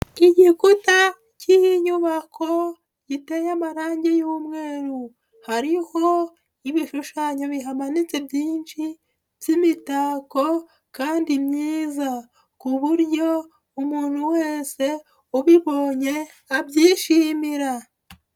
Igikuta cy'inyubako giteye amarangi y'umweru, hariho ibishushanyo bihamanitse byinshi by'imitako kandi myiza, ku buryo umuntu wese ubibonye abyishimira